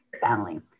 family